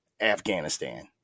Afghanistan